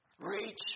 reach